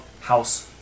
House